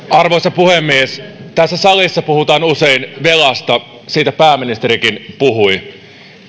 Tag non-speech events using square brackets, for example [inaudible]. [unintelligible] arvoisa puhemies tässä salissa puhutaan usein velasta siitä pääministerikin puhui